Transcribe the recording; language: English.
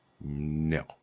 No